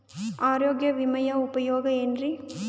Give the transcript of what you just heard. ಆರೋಗ್ಯ ವಿಮೆಯ ಉಪಯೋಗ ಏನ್ರೀ?